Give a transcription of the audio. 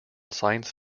science